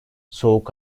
soğuk